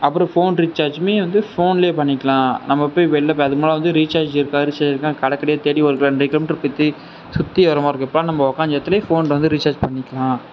அப்பறம் ஃபோன் ரீச்சார்ஜுமே வந்து ஃபோன்லேயே பண்ணிக்கலாம் நம்ம போய் வெளில போய் அது முன்னெல்லாம் வந்து ரீச்சார்ஜ் இருக்கா ரீச்சார்ஜ் இருக்கானு கடை கடையாக தேடி ஒரு ரெண்டு கிலோ மீட்டர் வர மாதிரி இருக்கும் நம்ம உக்காந்த இடத்துலே ஃபோனில் வந்து ரீச்சார்ஜ் பண்ணிக்கலாம்